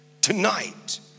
Tonight